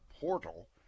portal